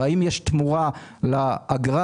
והאם יש תמורה לאגרה.